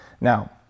Now